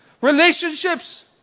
Relationships